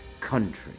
country